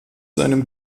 seinem